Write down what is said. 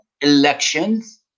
elections